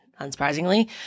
unsurprisingly